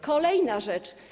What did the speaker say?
Kolejna rzecz.